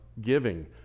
giving